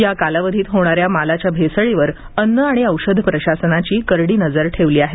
या कालावधीत होणाऱ्या मालाच्या भेसळीवर अन्न आणि औषध प्रशासनाने करडी नजर ठेवली आहे